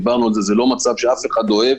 זה לא מצב שמישהו אוהב,